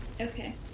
Okay